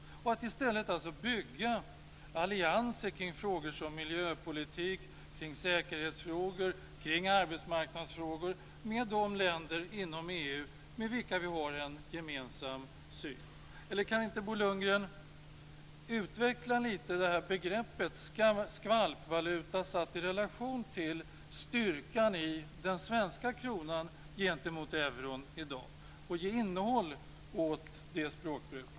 I stället borde vi alltså bygga allianser kring frågor som miljöpolitik, säkerhet och arbetsmarknad med de länder inom EU som vi har en gemensam syn med. Kan inte Bo Lundgren något utveckla det här begreppet "skvalpvaluta" satt i relation till styrkan i den svenska kronan gentemot euron i dag och ge innehåll åt det språkbruket?